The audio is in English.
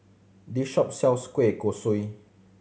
this shop sells kueh kosui